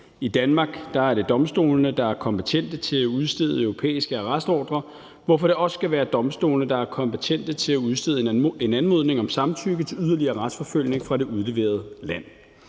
I Danmark er det domstolene, der er kompetente til at udstede europæiske arrestordrer, hvorfor det også skal være domstolene, der er kompetente til at udstede en anmodning om samtykke til yderligere retsforfølgning fra det udleverende land.